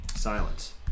Silence